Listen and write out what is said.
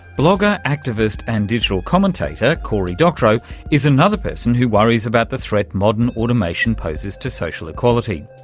blogger, activist and digital commentator cory doctorow is another person who worries about the threat modern automation poses to social equality,